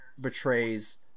betrays